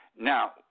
Now